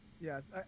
yes